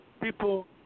people